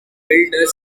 include